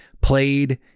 played